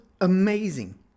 amazing